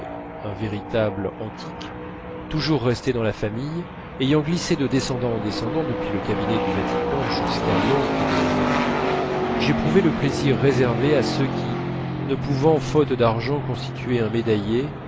un véritable antique toujours restée dans la famille ayant glissé de descendant en descendant depuis le cabinet du vatican jusqu'à l'oncle de mon ami j'éprouvais le plaisir réservé à ceux qui ne pouvant faute d'argent constituer un médaillier